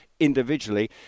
individually